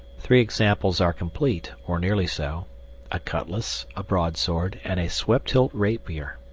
three examples are complete, or nearly so a cutlass, a broadsword, and a swept-hilt rapier.